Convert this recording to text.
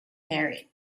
married